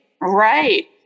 right